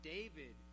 David